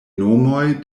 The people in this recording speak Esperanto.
nomoj